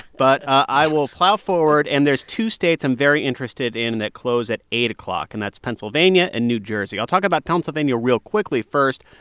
but i will plow forward. and there's two states i'm very interested in that close at eight o'clock, and that's pennsylvania and new jersey. i'll talk about pennsylvania real quickly first.